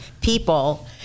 people